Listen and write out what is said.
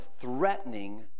threatening